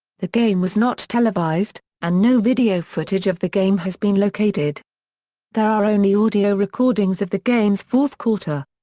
the game was not televised, and no video footage of the game has been located there are only audio recordings of the game's fourth quarter.